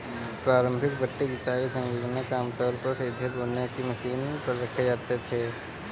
प्रारंभिक पट्टी जुताई संलग्नक आमतौर पर सीधे बोने की मशीन पर रखे जाते थे